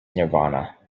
nirvana